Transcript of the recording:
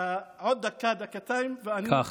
עוד דקה, דקתיים ואני מסיים.